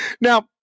Now